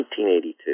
1982